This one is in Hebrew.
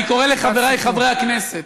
אני קורא לחברי חברי הכנסת,